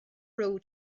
raibh